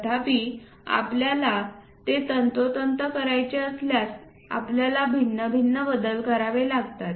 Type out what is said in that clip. तथापि आपल्याला ते तंतोतंत करायचे असल्यासआपल्याला भिन्न भिन्न बदल करावे लागतात